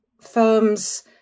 firms